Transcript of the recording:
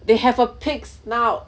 they have a pig's snout